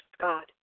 God